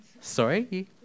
Sorry